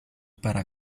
para